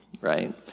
right